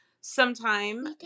sometime